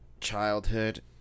childhood